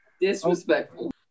Disrespectful